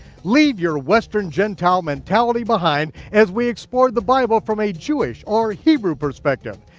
leave your western gentile mentality behind as we explore the bible from a jewish, or hebrew perspective.